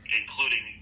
including